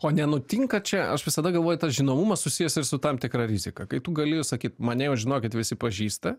o nenutinka čia aš visada galvoju tas žinomumas susijęs ir su tam tikra rizika kai tu gali sakyt mane jau žinokit visi pažįsta